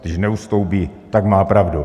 Když neustoupí, tak má pravdu.